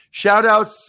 Shoutouts